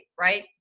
right